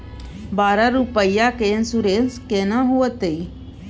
बारह रुपिया के इन्सुरेंस केना होतै?